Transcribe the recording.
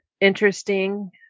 interesting